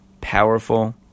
powerful